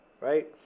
right